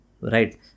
right